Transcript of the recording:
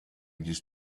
just